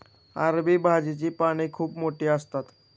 अरबी भाजीची पाने खूप मोठी असतात